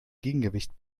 gegengewicht